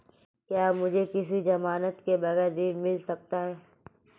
क्या मुझे किसी की ज़मानत के बगैर ऋण मिल सकता है?